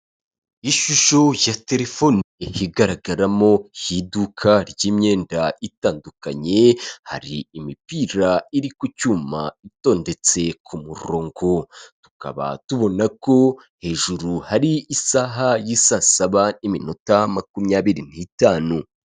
Ishusho ya telefone igaragaramo iduka ry'imyenda itandukanye; hari imipira iri ku cyuma itondetse ku murongo; tukaba tubona ko hejuru hari isaha y'isa saba n'iminota makumyabiri n'itanu.